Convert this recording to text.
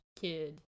kid